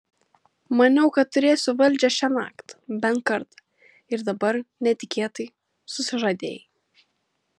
maniau kad turėsiu valdžią šiąnakt bent kartą ir dabar netikėtai susižadėjai